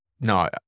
no